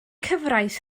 cyfraith